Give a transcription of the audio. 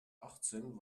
achtzenh